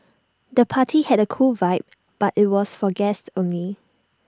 the party had A cool vibe but IT was for guests only